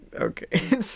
Okay